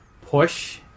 push